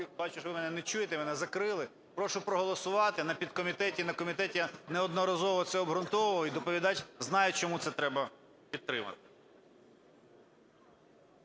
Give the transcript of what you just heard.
бачу, що ви мене не чуєте, мене закрили. Прошу проголосувати. На підкомітеті і на комітеті я неодноразово це обґрунтовував і доповідач знає, чому це треба підтримати.